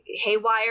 haywire